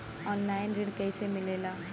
Online ऋण कैसे मिले ला?